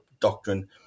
doctrine